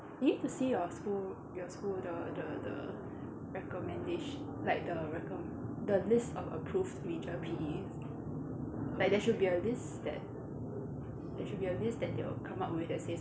you need to see your school your school the the the recommendatio~ like the recom~ the list of approved major P_E like there should be a list that there should be a list that they will come out with that says